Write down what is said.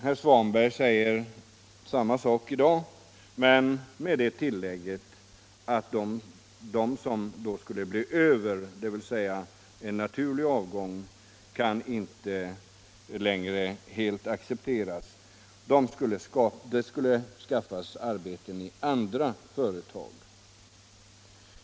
Herr Svanberg säger samma sak i dag, men med det tillägget att de som blir över — en naturlig avgång kan alltså inte längre klara det hela — skulle få arbete i andra företag.